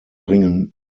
bringen